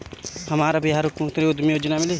हमरा बिहार मुख्यमंत्री उद्यमी योजना मिली?